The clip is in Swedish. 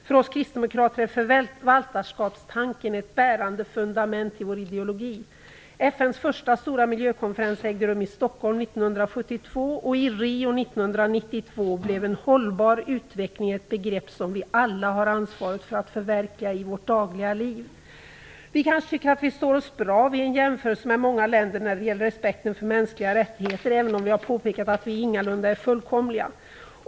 För oss kristdemokrater är förvaltarskapstanken ett bärande fundament i ideologin. FN:s första stora miljökonferens ägde rum i Stockholm 1972, och i Rio 1992 blev en hållbar utveckling ett begrepp som vi alla har ansvaret för att förverkliga i vårt dagliga liv. Vi kanske tycker att vi står oss bra vid en jämförelse med många andra länder när det gäller respekten för mänskliga rättigheter, även om vi har påpekat att vi ingalunda är fullkomliga.